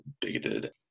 bigoted